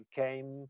came